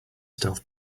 stealth